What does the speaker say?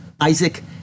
Isaac